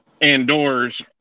indoors